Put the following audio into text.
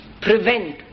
prevent